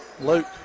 Luke